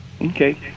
Okay